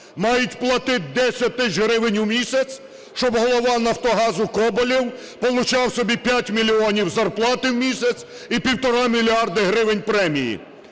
мають платити 10 тисяч гривень у місяць, щоб Голова "Нафтогазу" Коболєв получав собі 5 мільйонів зарплати в місяць і півтора мільярди гривень премії.